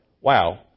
wow